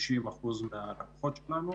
60% מהלקוחות שלנו.